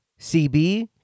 CB